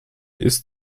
ist